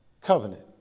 Covenant